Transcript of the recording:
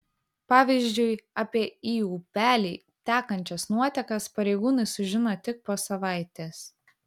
pavyzdžiui apie į upelį tekančias nuotekas pareigūnai sužino tik po savaitės